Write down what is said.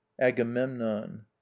agamemnon